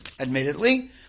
admittedly